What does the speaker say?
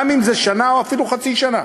גם אם זה שנה או אפילו חצי שנה.